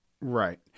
right